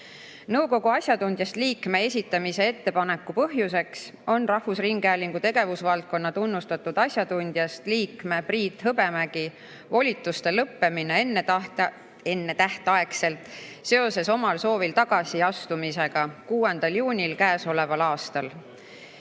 Nõukogu asjatundjast liikme esitamise ettepaneku põhjuseks on rahvusringhäälingu tegevusvaldkonna tunnustatud asjatundjast liikme Priit Hõbemägi volituste lõppemine ennetähtaegselt seoses omal soovil tagasiastumisega 6. juunil sellel aastal.